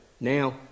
Now